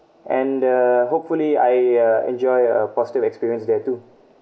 and uh hopefully I uh enjoy a positive experience there too